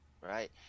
right